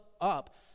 up